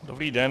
Dobrý den.